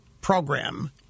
program